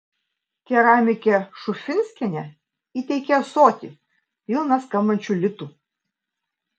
keramikė šufinskienė įteikė ąsotį pilną skambančių litų